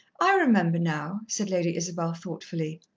i remember now, said lady isabel thoughtfully.